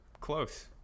close